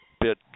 bit